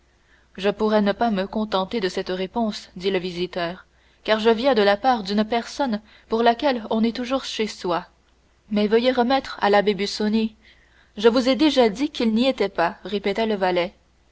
je pourrais ne pas me contenter de cette réponse dit le visiteur car je viens de la part d'une personne pour laquelle on est toujours chez soi mais veuillez remettre à l'abbé busoni je vous ai déjà dit qu'il n'y était pas répéta le valet